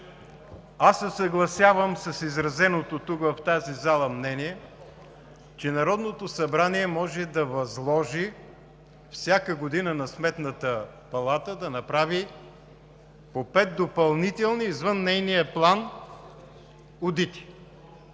аз се съгласявам с изразеното тук, в тази зала, мнение, че Народното събрание може да възложи всяка година на Сметната палата да направи по пет допълнителни, извън нейния план, одити.